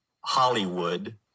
Hollywood